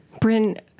Bryn